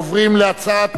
אני קובע שהצעת